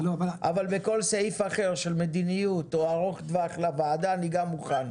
אבל בכל סעיף אחר של מדיניות או ארוך טווח לוועדה אני גם מוכן.